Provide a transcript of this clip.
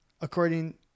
According